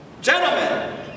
Gentlemen